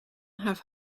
have